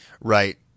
Right